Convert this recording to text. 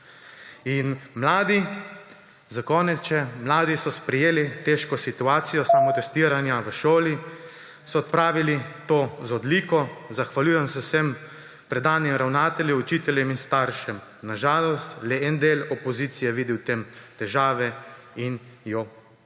komisije. Mladi so sprejeli težko situacijo samotestiranja v šoli, to so opravili z odliko. Zahvaljujem se vsem predanim ravnateljem, učiteljem in staršem. Na žalost le en del opozicije vidi v tem težavo in jo podpihuje,